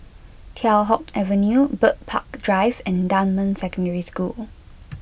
Teow Hock Avenue Bird Park Drive and Dunman Secondary School